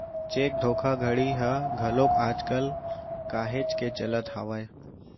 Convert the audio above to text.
cheque धोखाघड़ी ह घलोक आज कल काहेच के चलत हावय